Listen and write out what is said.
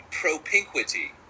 propinquity